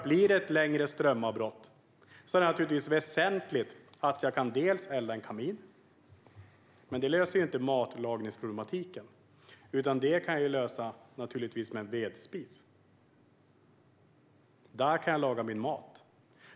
Blir det ett längre strömavbrott är det naturligtvis väsentligt att jag kan elda i en kamin, men detta löser inte matlagningsproblematiken. Den kan lösas med en vedspis, där jag kan laga min mat.